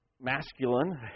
masculine